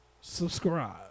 subscribe